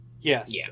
Yes